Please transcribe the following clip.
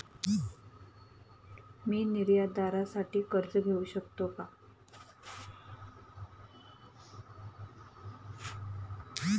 मी निर्यातदारासाठी कर्ज घेऊ शकतो का?